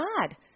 God